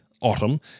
autumn